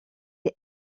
par